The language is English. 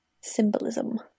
symbolism